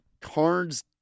Cards-